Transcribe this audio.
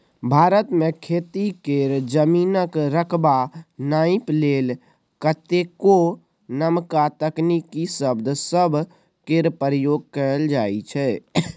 भारत मे खेती केर जमीनक रकबा नापइ लेल कतेको नबका तकनीकी शब्द सब केर प्रयोग कएल जाइ छै